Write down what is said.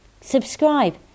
subscribe